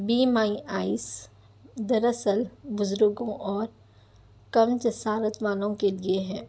be my eyes در اصل بزرگوں اور کم جسارت والوں کے لئے ہے